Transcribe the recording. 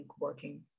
working